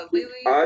Lily